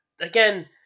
again